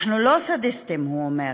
אנחנו לא סדיסטים, הוא אומר,